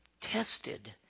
tested